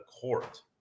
court